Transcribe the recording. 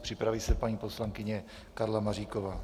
Připraví se paní poslankyně Karla Maříková.